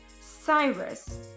Cyrus